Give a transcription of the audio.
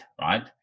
right